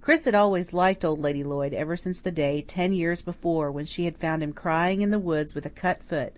chris had always liked old lady lloyd ever since the day, ten years before, when she had found him crying in the woods with a cut foot